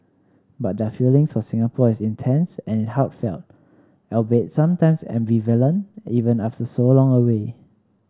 but their feelings for Singapore is intense and heartfelt albeit sometimes ambivalent even after so long away